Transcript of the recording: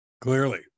clearly